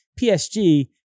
PSG